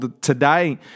today